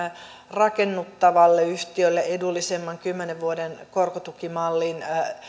rakennuttavalle yhtiölle edullisemman kymmenen vuoden korkotukimallin